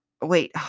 Wait